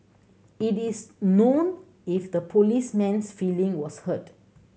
it is known if the policeman's feeling was hurt